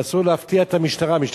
ואסור להפתיע את המשטרה.